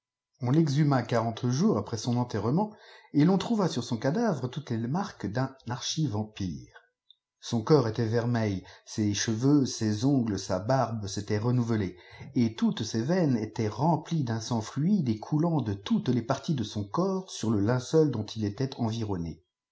on l'exhuma quarante jours après son enterrement ëi h ii tftdàmf mf m mdatre toutes les marque dib afchivampiré i corps était vermeil ses cheveux ses orvgfes sat barbe s'étaient renouvelés et toutes ses veines étaient remplies d'un sang fluide et coulant de toutes les parties e son corps si uaçiul dont it était environné